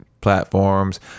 Platforms